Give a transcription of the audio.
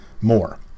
more